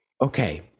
okay